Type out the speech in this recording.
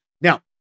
Now